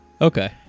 Okay